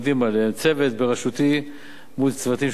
צוות בראשותי מול צוותים של ההסתדרות.